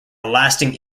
lasting